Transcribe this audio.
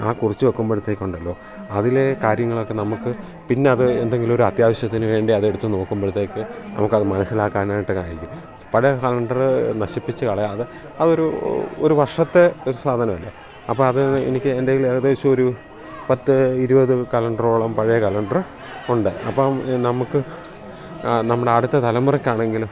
ആ കുറിച്ച് വെക്കുമ്പോഴത്തേക്കുണ്ടല്ലോ അതിലെ കാര്യങ്ങളൊക്കെ നമുക്ക് പിന്നെ അത് എന്തെങ്കിലും ഒരു അത്യാവശ്യത്തിനു വേണ്ടി അതെടുത്തു നോക്കുമ്പോഴത്തേക്ക് നമുക്കത് മനസ്സിലാക്കാനായിട്ട് സാധിക്കും പഴയ കലണ്ടർ നശിപ്പിച്ചു കളയാതെ അത് അതൊരു ഒരു വർഷത്തെ ഒരു സാധനമല്ല അപ്പം അത് എനിക്ക് എന്തെങ്കിലും ഏകദേശം ഒരു പത്ത് ഇരുപത് കലണ്ടറോളം പഴയ കലണ്ടർ ഉണ്ട് അപ്പം നമുക്ക് ആ നമ്മുടെ അടുത്ത തലമുറക്കാണെങ്കിലും